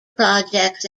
projects